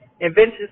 inventions